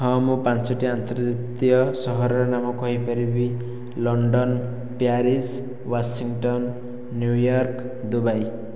ହଁ ମୁଁ ପାଞ୍ଚଟି ଅନ୍ତର୍ଜାତୀୟ ସହରର ନାମ କହିପାରିବି London Paris Washington New York Dubai